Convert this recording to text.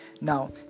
Now